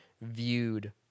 viewed